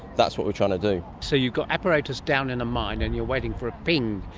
that's what we're trying to do. so you've got apparatus down in a mine and you're waiting for a ping.